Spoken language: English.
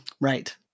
Right